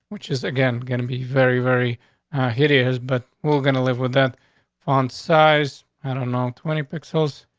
which is again going to be very, very hideous. but we're going to live with that fund size. i don't know, twenty pixels,